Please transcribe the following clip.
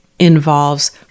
Involves